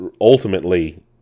ultimately